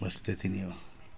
बस त्यति नै हो